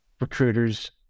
recruiters